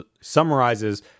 summarizes